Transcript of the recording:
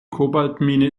kobaltmine